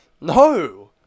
No